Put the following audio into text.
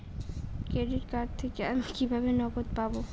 Credit card থেকে আমি কিভাবে নগদ পাব?